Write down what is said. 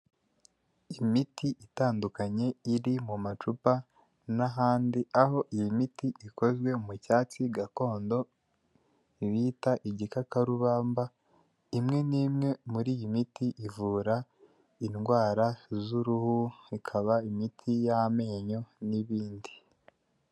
Imiti itandukanye iri mu macupa n'ahandi aho iyi miti ikozwe mu cyatsi gakondo bita igikakarubamba, imwe n'imwe muri iyi miti ivura indwara z'uruhu ikaba imiti y'amenyo n'ibindi.